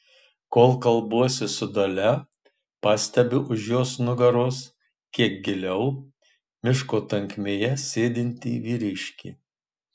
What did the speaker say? kol kalbuosi su dalia pastebiu už jos nugaros kiek giliau miško tankmėje sėdintį vyriškį